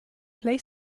play